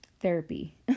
therapy